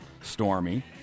Stormy